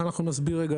אנחנו נסביר.